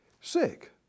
Sick